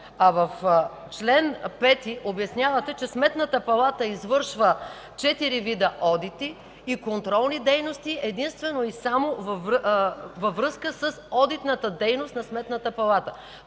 а в чл. 5 обяснявате, че Сметната палата извършва четири вида одити и контролни дейности единствено и само във връзка с одитната дейност на Сметната палата.